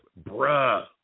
bruh